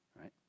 Right